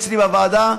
אצלי בוועדה,